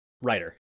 writer